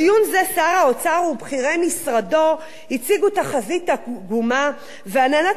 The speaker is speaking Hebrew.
בדיון זה שר האוצר ובכירי משרדו הציגו תחזית עגומה ועננת